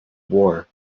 war